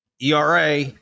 ERA